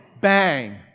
Bang